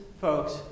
folks